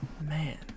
Man